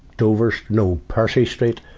dovers no, percy street.